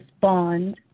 bond